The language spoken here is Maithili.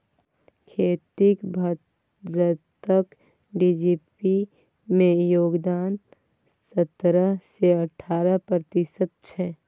खेतीक भारतक जी.डी.पी मे योगदान सतरह सँ अठारह प्रतिशत छै